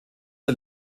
der